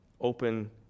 open